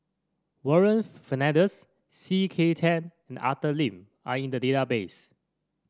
Warren Fernandez C K Tang and Arthur Lim are in the database